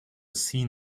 seen